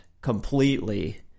completely